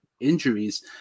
injuries